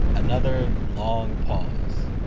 another long pause.